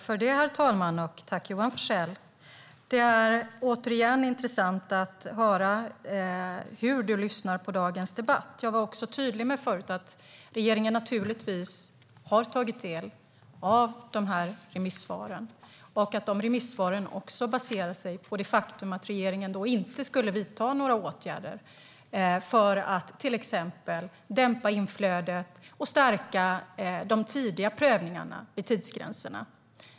Herr talman! Det är återigen intressant att höra hur Johan Forssell lyssnar på dagens debatt. Jag var tydlig med att regeringen naturligtvis har tagit del av remissvaren, och de baserar sig på det faktum att regeringen inte skulle vidta några åtgärder för att till exempel dämpa inflödet och stärka de tidiga prövningarna i tidsgränserna.